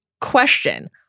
question